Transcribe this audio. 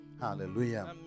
hallelujah